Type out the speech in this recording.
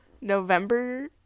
November